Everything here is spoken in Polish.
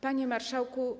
Panie Marszałku!